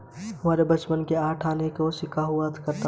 हमारे बचपन में आठ आने का सिक्का हुआ करता था